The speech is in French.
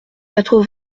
quatre